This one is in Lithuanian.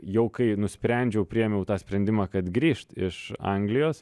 jau kai nusprendžiau priėmiau tą sprendimą kad grįžt iš anglijos